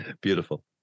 Beautiful